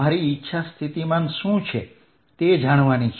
મારી ઈચ્છા સ્થિતિમાન શું છે તે જાણવાની છે